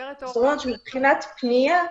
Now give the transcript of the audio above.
זאת אומרת שמבחינת פניה,